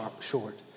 short